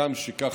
הגם שכך,